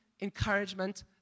encouragement